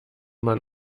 man